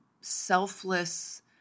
selfless